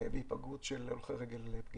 להיפגעות של הולכי רגל.